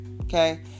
okay